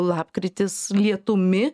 lapkritis lietumi